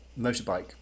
motorbike